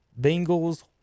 Bengals